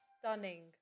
Stunning